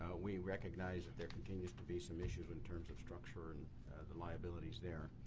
we recognize that there continues to be some issues in terms of structure and liabilities there.